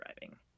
driving